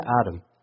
Adam